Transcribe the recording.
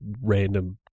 random